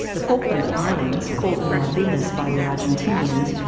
the falkland islands, called the malvinas by the argentinians,